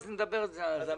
נדבר על זה אז,